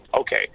Okay